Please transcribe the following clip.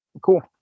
cool